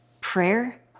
prayer